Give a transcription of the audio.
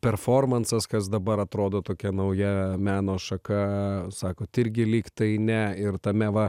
performansas kas dabar atrodo tokia nauja meno šaka sako tai irgi lygtai ne ir tame va